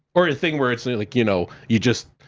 or, a thing where it's, like, you know, you just,